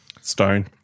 stone